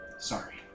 Sorry